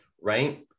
right